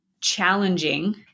challenging